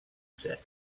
said